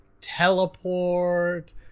teleport